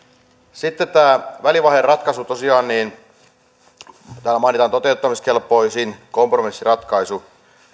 sitten tämä välivaiheratkaisu tosiaan täällä mainitaan toteuttamiskelpoisin kompromissiratkaisu